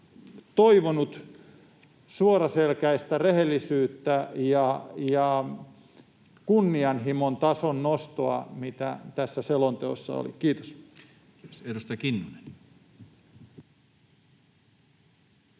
toivonut suoraselkäistä rehellisyyttä ja kunnianhimon tason nostoa siitä, mitä tässä selonteossa oli. — Kiitos.